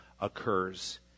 occurs